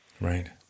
Right